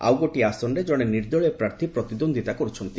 ଆଉ ଗୋଟିଏ ଆସନରେ ଜଣେ ନିର୍ଦ୍ଦଳୀୟ ପ୍ରାର୍ଥୀ ପ୍ରତିଦ୍ୱନ୍ଦିତା କର୍ତ୍ଥନ୍ତି